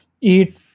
eat